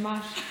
ממש.